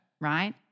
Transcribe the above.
Right